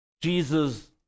Jesus